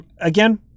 again